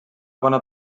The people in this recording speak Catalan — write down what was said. bona